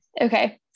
Okay